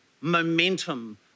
momentum